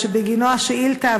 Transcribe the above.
ושבגינו השאילתה,